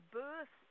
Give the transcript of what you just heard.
birth